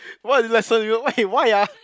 what lesson you will eh why ah